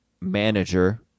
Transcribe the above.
manager